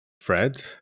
Fred